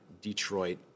Detroit